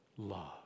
Love